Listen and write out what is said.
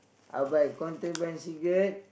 I will buy contraband cigarette